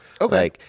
Okay